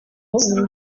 urusyo